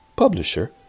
Publisher